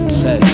say